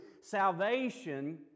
Salvation